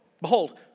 behold